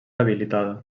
habilitada